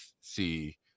see